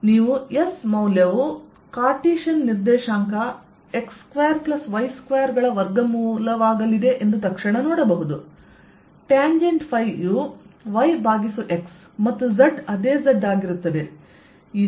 ನೀವು S ಮೌಲ್ಯವು Cartesian ನಿರ್ದೇಶಾಂಕ x2y2 ಗಳ ವರ್ಗಮೂಲವಾಗಲಿದೆ ಎಂದು ತಕ್ಷಣ ನೋಡಬಹುದು ಟ್ಯಾಂಜೆಂಟ್ ಫೈ ಯು yx ಮತ್ತು z ಅದೇ z ಆಗಿರುತ್ತದೆ